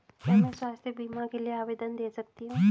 क्या मैं स्वास्थ्य बीमा के लिए आवेदन दे सकती हूँ?